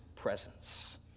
presence